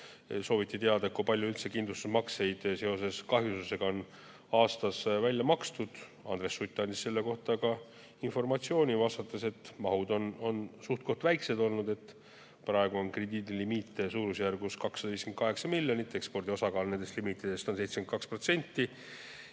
Sooviti teada, kui palju üldse kindlustusmakseid seoses kahjususega on aastas välja makstud. Andres Sutt andis selle kohta informatsiooni, vastates, et mahud on suht-koht väiksed olnud, praegu on krediidilimiite suurusjärgus 258 miljonit, ekspordi osakaal nendes limiitides on 72%